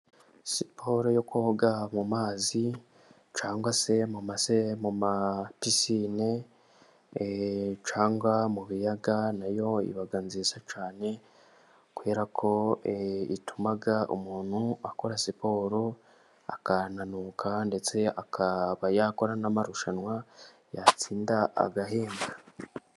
Siporo yo koga mu mazi cyangwa se mu ma pisine, cyangwa mu biyaga nayo iba nziza cyane. Kubera ko ituma umuntu akora siporo akananuka ndetse akaba yakora n'amarushanwa yatsinda agahimpwa.